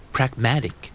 Pragmatic